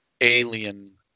alien